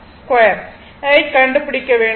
ஐக் கண்டுபிடிக்க வேண்டும்